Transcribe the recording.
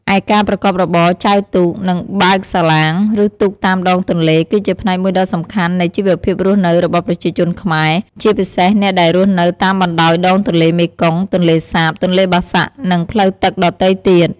ឯការប្រកបរបរ ចែវទូក និង បើកសាឡាង ឬទូកតាមដងទន្លេ គឺជាផ្នែកមួយដ៏សំខាន់នៃជីវភាពរស់នៅរបស់ប្រជាជនខ្មែរ ជាពិសេសអ្នកដែលរស់នៅតាមបណ្ដោយដងទន្លេមេគង្គ ទន្លេសាប ទន្លេបាសាក់ និងផ្លូវទឹកដទៃទៀត។